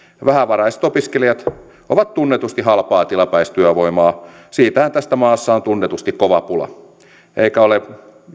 vähävaraiset opiskelijat ovat tunnetusti halpaa tilapäistyövoimaa siitähän tässä maassa on tunnetusti kova pula eikä ole